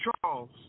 Charles